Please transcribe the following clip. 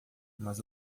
mas